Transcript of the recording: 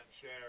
share